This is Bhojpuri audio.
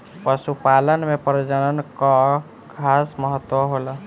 पशुपालन में प्रजनन कअ खास महत्व होला